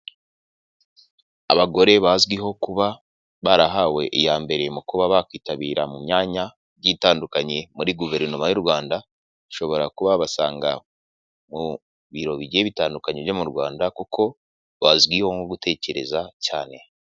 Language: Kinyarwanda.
Abagore bazwiho kuba barahawe iya mbere mu kuba bakwitabira mu myanya itandukanye muri guverinoma y'u Rwanda, ushobora kuba wabasanga mu biro bigiye bitandukanye byo mu rwanda kuko bazwiho nko gutekereza cyane.